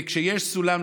וכשיש סולם,